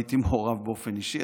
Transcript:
הייתי גם מעורב באופן אישי,